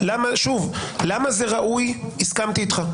שוב, למה זה ראוי, הסכמתי איתך.